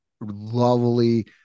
lovely